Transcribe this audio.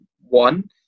One